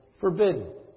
forbidden